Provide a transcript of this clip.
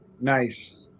Nice